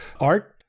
art